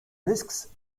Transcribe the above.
risks